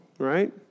Right